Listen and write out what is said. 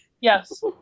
Yes